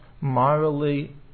morally